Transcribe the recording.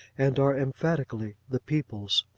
and are emphatically the people's.